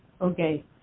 Okay